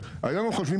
היום הם חושבים